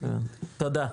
תודה.